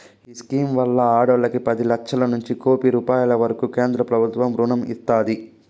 ఈ స్కీమ్ వల్ల ఈ ఆడోల్లకి పది లచ్చలనుంచి కోపి రూపాయిల వరకూ కేంద్రబుత్వం రుణం ఇస్తాది